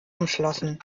umschlossen